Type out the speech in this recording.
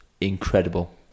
incredible